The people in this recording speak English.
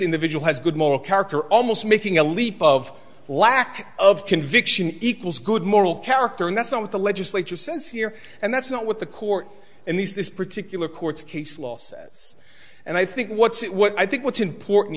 individual has good moral character almost making a leap of lack of conviction equals good moral character and that's not what the legislature says here and that's not what the court in these this particular courts case law says and i think what's what i think what's important